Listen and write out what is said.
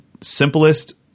simplest